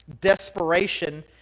desperation